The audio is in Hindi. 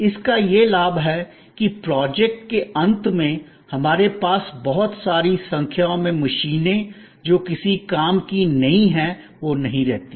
इसका यह लाभ है कि प्रोजेक्ट के अंत में हमारे पास बहुत सारी संख्या में मशीनें जो किसी काम की नहीं है वह नहीं रहती